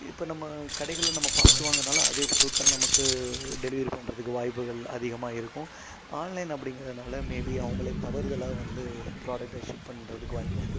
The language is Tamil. இப்போ நம்ம கடைகளில் நம்ம பார்த்து வாங்குறதுனால அதே பொருட்கள் நமக்கு டெலிவரி பண்றதுக்கு வாய்ப்புகள் அதிகமாக இருக்கும் ஆன்லைன் அப்படிங்கிறதுனால மேபீ அவங்களே தவறுதலாக வந்து ப்ராடெக்ட்டை ஷிப் பண்ணறதுக்கு வாய்ப்பு இருக்குது